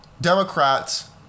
Democrats